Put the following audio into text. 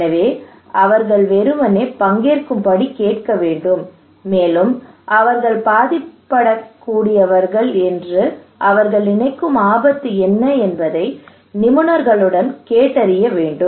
எனவே அவர்கள் வெறுமனே பங்கேற்கும்படி கேட்க வேண்டும் மேலும் அவர்கள் பாதிக்கப்படக்கூடியவர்கள் என்று அவர்கள் நினைக்கும் ஆபத்து என்ன என்பதை நிபுணருடன் கேட்டறிய வேண்டும்